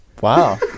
Wow